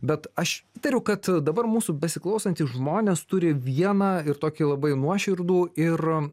bet aš įtariu kad dabar mūsų besiklausantys žmonės turi vieną ir tokį labai nuoširdų ir